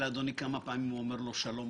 לשם כך מינו אותי, וזה מה שמצפים ממני.